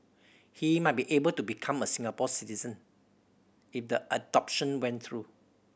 he might be able to become a Singapore citizen if the adoption went through